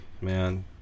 man